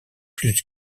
plus